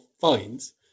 finds